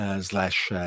slash